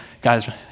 Guys